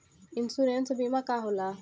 Insurance बीमा का होला?